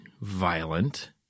violent